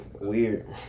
weird